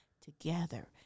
together